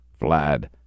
Vlad